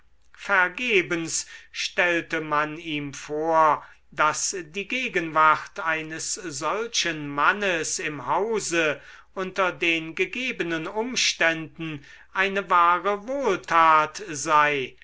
vergebens stellte man ihm vor daß die gegenwart eines solchen mannes im hause unter den gegebenen umständen eine wahre wohltat sei